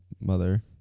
Mother